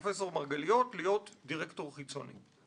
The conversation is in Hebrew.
את פרופ' מרגליות, להיות דירקטור חיצוני.